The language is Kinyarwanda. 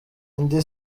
indi